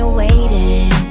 waiting